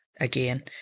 again